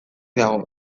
dago